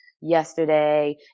yesterday